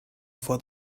for